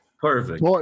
Perfect